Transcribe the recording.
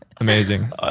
amazing